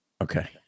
Okay